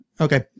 Okay